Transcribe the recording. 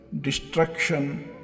destruction